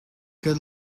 good